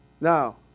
Now